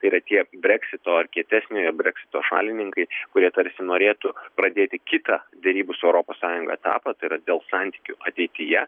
tai yra tie breksito ar kietesniojo breksito šalininkai kurie tarsi norėtų pradėti kitą derybų su europos sąjunga etapą tai yra dėl santykių ateityje